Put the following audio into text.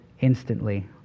instantly